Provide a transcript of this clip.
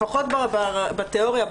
לפחות בתיאוריה,